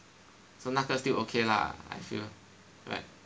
so 那个 still ok lah I feel right